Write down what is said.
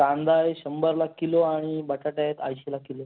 कांदा आहे शंबरला किलो आणि बटाटे आहेत ऐंशीला किलो